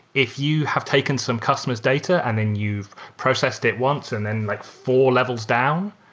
if you have taken some customers' data and then you've processed it once and then like four levels down,